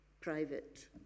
private